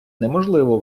неможливо